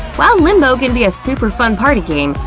while limbo can be a super fun party game,